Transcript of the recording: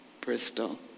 Bristol